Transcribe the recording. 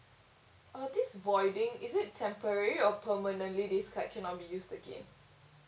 uh this voiding is it temporary or permanently this card cannot be used again